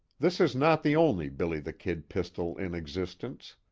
this is not the only billy the kid pistol in existence.